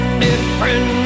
different